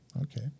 Okay